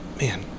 man